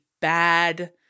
bad